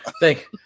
Thank